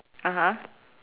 (uh huh)